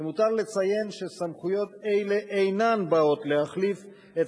למותר לציין שסמכויות אלה אינן באות להחליף את